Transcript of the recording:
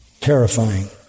Terrifying